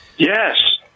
Yes